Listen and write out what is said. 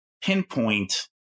pinpoint